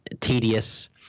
tedious